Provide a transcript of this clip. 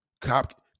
cop